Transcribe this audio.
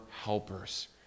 helpers